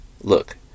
Look